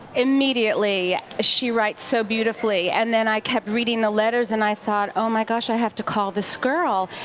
immediately. she writes so beautifully, and then i kept reading the letters and i thought o-my gosh, i have to call this girl.